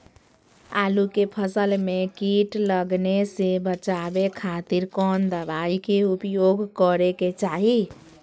आलू के फसल में कीट लगने से बचावे खातिर कौन दवाई के उपयोग करे के चाही?